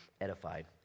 edified